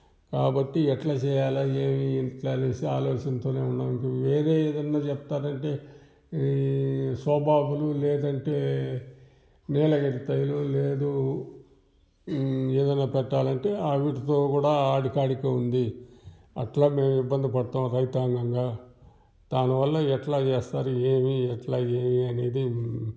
కాబట్టి ఎట్ల చేయాలా ఏమి ఎందుకు అని ఆలోచనతో ఉన్నాము వేరే ఏదన్నా చెప్తారు అంటే ఈ స్వబాబులు లేదంటే నీలగిరి తైరు లేదు ఏదన్నా పెట్టాలంటే ఆ అభివృద్ధితో కూడా ఆడి కాడికే ఉంది అట్లా మేము ఇబ్బంది పడుతున్నాం రైతాంగంగా దానివల్ల ఎట్ల చేస్తారు ఏమి ఎట్లా ఏ అనేది